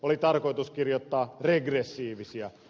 oli tarkoitus kirjoittaa regressiivisiä